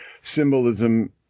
symbolism